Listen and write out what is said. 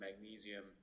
magnesium